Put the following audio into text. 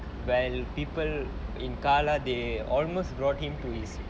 when people in colour they almost brought him to his